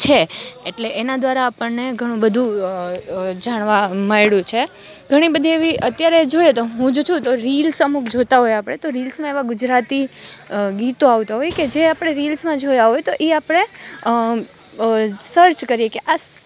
છે એટલે એના દ્વારા આપણને ઘણું બધું જાણવા મળ્યું છે ઘણી બધી એવી અત્યારે જોઈએ તો હુંજ છું તો રીલ્સ અમુક જોતાં હોઈએ આપળે તો રિલ્સમાં એવા ગુજરાતી ગીતો આવતા હોય કે જે આપણે રિલ્સમાં જોયાં હોય તો ઈ આપણે સર્ચ કરીએ કે આ